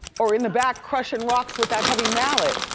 or in the back crushing rocks with that heavy mallet.